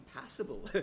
passable